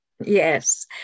Yes